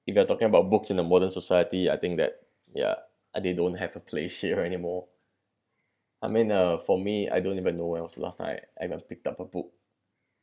if you are talking about books in a modern society I think that ya they don't have a place here anymore I mean uh for me I don't even know when was the last time I picked up a book